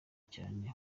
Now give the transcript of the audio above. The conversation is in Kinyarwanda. cyane